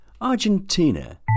Argentina